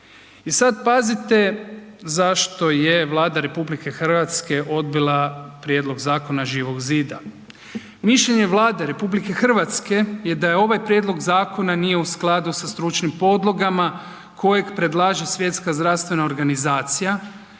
I sad, pazite zašto je Vlada RH odbila prijedlog zakona Živog zida. Mišljenje Vlade RH je da je ovaj prijedlog zakona nije u skladu sa stručnim podlogama kojeg predlaže Svjetska zdravstvena organizacija